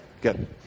good